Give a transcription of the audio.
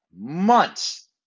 months